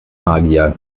magier